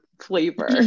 flavor